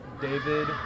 David